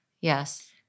Yes